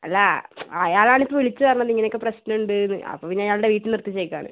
അല്ല അയാളാണ് ഇപ്പോൾ വിളിച്ച് പറഞ്ഞത് ഇങ്ങനെയൊക്കെ പ്രശ്നം ഉണ്ടെന്ന് അപ്പോൾ പിന്നെ അയാളുടെ വീട്ടിൽ നിർത്തി വച്ചിരിക്കുകയാണ്